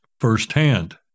firsthand